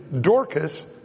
Dorcas